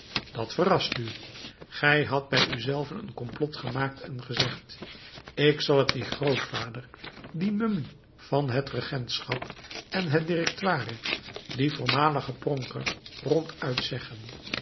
dat verrast u gij hadt bij u zelven een complot gemaakt en gezegd ik zal het dien grootvader die mummie van het regentschap en het directoire dien voormaligen pronker ronduit zeggen